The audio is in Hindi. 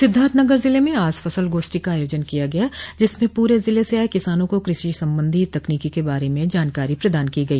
सिद्धार्थनगर जिले में आज फसल गोष्ठी का आयोजन किया गया जिसमें पूरे जिले से आये किसानों को कृषि संबंधी तकनीको के बारे में जानकारी प्रदान की गई